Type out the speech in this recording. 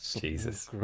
Jesus